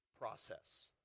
process